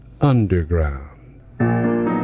Underground